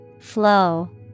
Flow